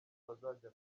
bazajya